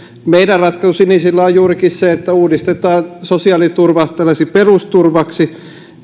meidän sinisten ratkaisu on juurikin se että uudistetaan sosiaaliturva tällaiseksi perusturvaksi